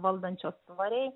valdančios tvariai